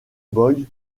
boy